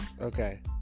Okay